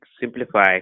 simplify